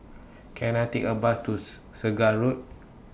Can I Take A Bus to Segar Road